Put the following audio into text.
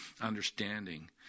understanding